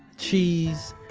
cheese,